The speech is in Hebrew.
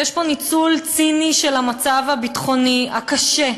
יש פה ניצול ציני של המצב הביטחוני הקשה.